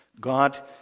God